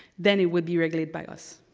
then it would be regulated by us.